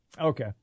Okay